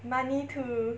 money too